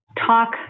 talk